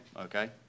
okay